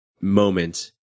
moment